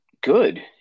good